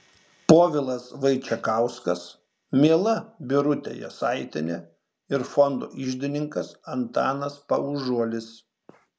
povilas vaičekauskas miela birutė jasaitienė ir fondo iždininkas antanas paužuolis